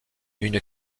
une